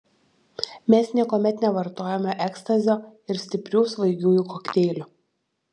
mes niekuomet nevartojome ekstazio ir stiprių svaigiųjų kokteilių